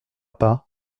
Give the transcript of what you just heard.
pas